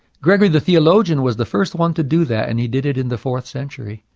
gregory the theologian was the first one to do that, and he did it in the fourth century.